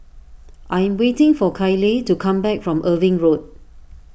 I am waiting for Kyleigh to come back from Irving Road